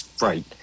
Right